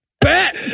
Bet